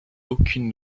aucune